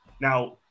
Now